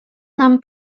nam